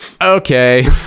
Okay